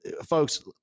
folks